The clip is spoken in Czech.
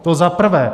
To za prvé.